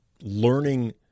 learning